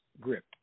grip